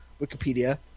Wikipedia